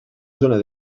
zona